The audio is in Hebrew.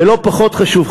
ולא פחות חשוב,